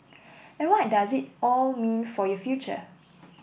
and what does it all mean for your future